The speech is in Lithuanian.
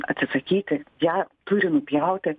atsisakyti ją turi nupjauti